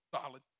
Solid